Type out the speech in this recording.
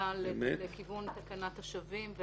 שבא לכיוון תקנת השבים,